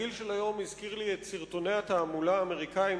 התרגיל של היום הזכיר לי את סרטוני התעמולה האמריקניים